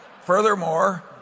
furthermore